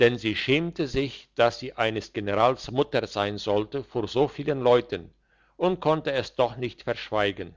denn sie schämte sich dass sie eines generals mutter sein sollte vor so vielen leuten und konnte es doch nicht verschweigen